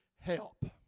help